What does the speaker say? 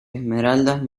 esmeraldas